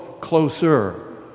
closer